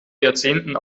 jahrzehnten